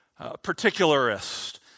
particularist